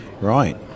right